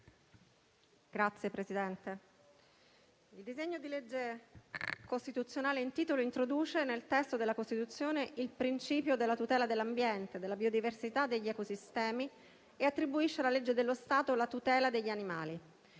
Signor Presidente, il disegno di legge costituzionale in titolo introduce nel testo della Costituzione il principio della tutela dell'ambiente, della biodiversità e degli ecosistemi e attribuisce alla legge dello Stato la tutela degli animali.